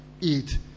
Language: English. eat